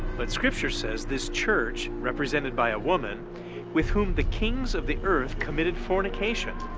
but scripture says this church represented by a woman with whom the kings of the earth committed fornication,